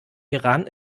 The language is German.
iran